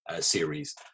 series